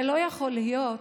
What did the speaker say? זה לא יכול להיות,